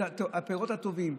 את הפירות הטובים.